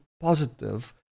positive